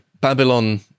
Babylon